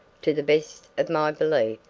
to the best of my belief,